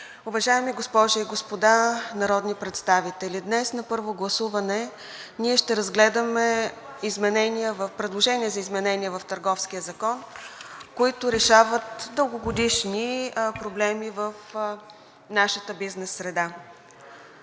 Уважаеми госпожи и господа народни представители, днес на първо гласуване ние ще разгледаме предложение за изменения в Търговския закон, които решават дългогодишни проблеми в нашата бизнес среда.